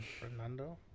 fernando